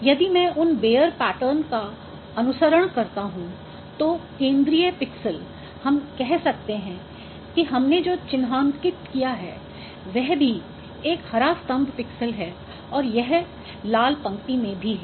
यदि मैं उन बेयर पैटर्न का अनुसरण करता हूं तो केंद्रीय पिक्सेल हम कह सकते हैं कि हमने जो चिन्हांकित किया है वह भी एक हरा स्तम्भ पिक्सेल है और यह लाल पंक्ति में भी है